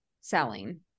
selling